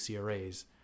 CRAs